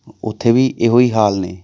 ਉੱਥੇ ਵੀ ਇਹੋ ਹੀ ਹਾਲ ਨੇ